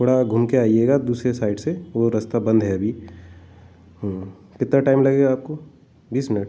थोड़ा घूम के आइएगा दूसरे साइड से वो रस्ता बंद है अभी कितना टैम लगेगा आपको बीस मिनट